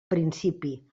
principi